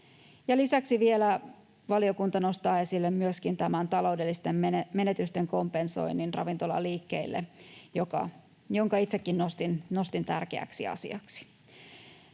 Lisäksi valiokunta nostaa vielä esille myöskin tämän taloudellisten menetysten kompensoinnin ravintolaliikkeille, jonka itsekin nostin tärkeäksi asiaksi.